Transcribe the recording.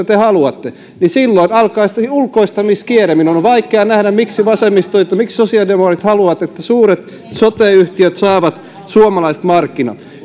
te haluatte niin silloin alkaa sitten ulkoistamiskierre minun on on vaikea nähdä miksi vasemmistoliitto miksi sosiaalidemokraatit haluavat että suuret sote yhtiöt saavat suomalaiset markkinat